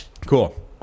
cool